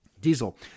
Diesel